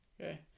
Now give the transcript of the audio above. okay